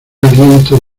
aliento